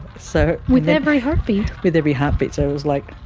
so with every heartbeat? with every heartbeat, so it was like,